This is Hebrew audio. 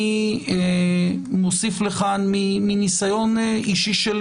אני מוסיף מניסיון אישי שלי.